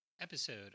episode